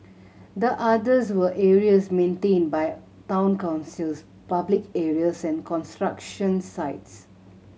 the others were areas maintained by town councils public areas and construction sites